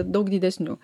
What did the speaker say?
daug didesnių